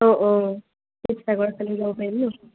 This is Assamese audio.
অঁ অ' শিৱসাগৰ ফালে যাব পাৰিম ন